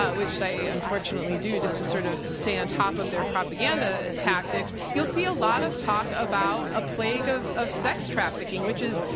which i unfortunately do, just to sort of stay on top of their propaganda tactics, you'll see a lot of talk about a plague of of sex trafficking, which is,